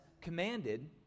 commanded